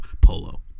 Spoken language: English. polo